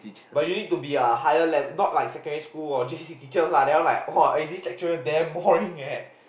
but you need to be a higher level not like secondary school or J_C teacher lah that one like !wah! eh this lecturer damn boring eh